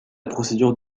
procédure